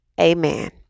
Amen